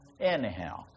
Anyhow